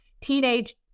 teenage